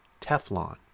Teflon